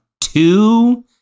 two